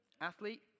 athlete